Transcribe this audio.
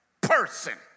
person